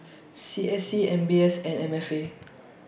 C S C M B S and M F A